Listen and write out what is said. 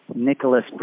Nicholas